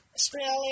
Australia